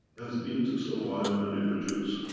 has been to survive and reproduce.